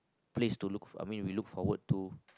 place to look I mean we look forward to